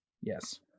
Yes